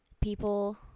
people